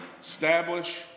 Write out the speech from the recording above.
establish